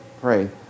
pray